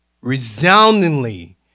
resoundingly